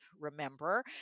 remember